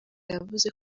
yavuze